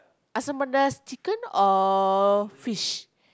asam-pedas chicken or fish